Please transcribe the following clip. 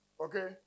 Okay